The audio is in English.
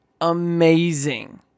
amazing